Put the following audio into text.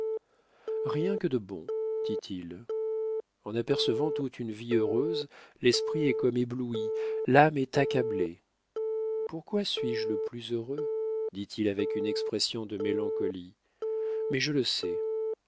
rien que de bon dit-il en apercevant toute une vie heureuse l'esprit est comme ébloui l'âme est accablée pourquoi suis-je le plus heureux dit-il avec une expression de mélancolie mais je le sais